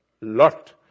Lot